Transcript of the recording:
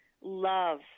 love